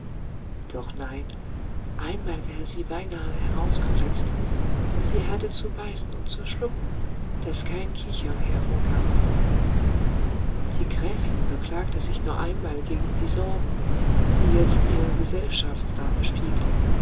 doch nein einmal wäre sie beinahe herausgeplatzt und sie hatte zu beißen und zu schlucken daß kein kichern hervorkam die gräfin beklagte sich noch einmal gegen die sorben die jetzt ihre gesellschaftsdame spielte